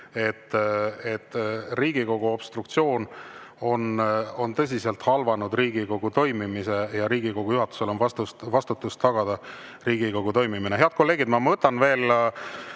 Riigikogu obstruktsioon on tõsiselt halvanud Riigikogu toimimise ja Riigikogu juhatusel on vastutus tagada Riigikogu toimimine. Head kolleegid! Ma võtan veel